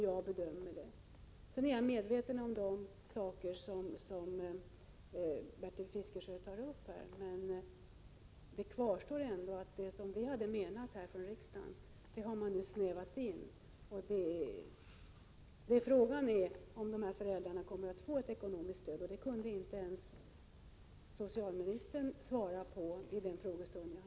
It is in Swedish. Jag är medveten om de förhållanden som Bertil Fiskesjö här tar upp, men det faktum att man nu har agerat snävare än vad som motsvarar riksdagens beslut kvarstår. Frågan är om de här föräldrarna kommer att få ett ekonomiskt stöd, och det kunde inte ens socialministern svara på under frågedebatten.